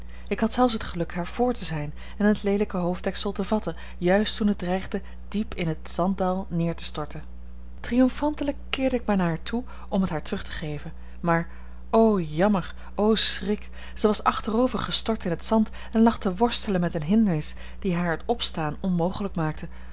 ik had zelfs het geluk haar vr te zijn en het leelijke hoofddeksel te vatten juist toen het dreigde diep in het zanddal neer te storten triomfantelijk keerde ik mij naar haar toe om het haar terug te geven maar o jammer o schrik zij was achterover gestort in het zand en lag te worstelen met eene hindernis die haar het opstaan onmogelijk maakte